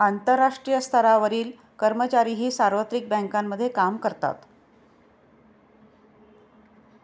आंतरराष्ट्रीय स्तरावरील कर्मचारीही सार्वत्रिक बँकांमध्ये काम करतात